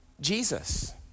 Jesus